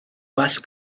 gwell